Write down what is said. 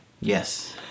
Yes